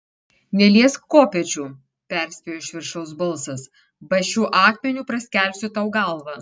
neliesk kopėčių perspėjo iš viršaus balsas ba šiuo akmeniu praskelsiu tau galvą